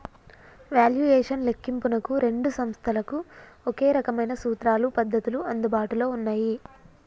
valuation లెక్కింపునకు రెండు సంస్థలకు ఒకే రకమైన సూత్రాలు, పద్ధతులు అందుబాటులో ఉన్నయ్యి